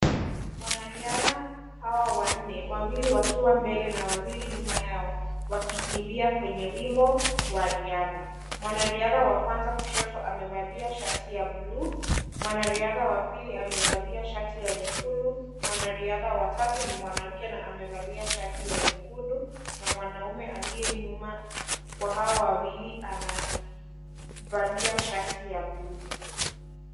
Wanariadha hawa wanne, wawili wakiwa mbele na wawili nyuma yao, wakikimbia kwenye wimbo, wa riadha. Wanariadha wakwanza kushoto, amevalia shati ya buluu, mwanariadha wapili amebalia shati ya nyekundu, mwanariadha wa tatu ni mwanamke na, amevalia shati ya nyekundu. Na mwanaume aliyenyuma kwa hao wawili, anavalia shati ya buluu.